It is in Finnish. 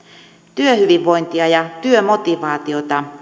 työhyvinvointia ja työmotivaatiota